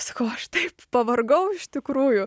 sakau aš taip pavargau iš tikrųjų